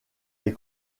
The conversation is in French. des